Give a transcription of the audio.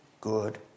good